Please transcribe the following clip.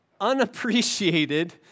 unappreciated